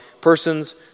persons